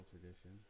tradition